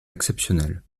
exceptionnels